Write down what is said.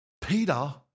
Peter